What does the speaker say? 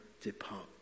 depart